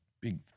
big